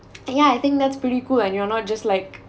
yeah I think that's pretty cool and you're not just like